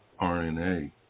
RNA